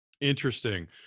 Interesting